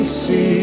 see